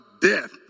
death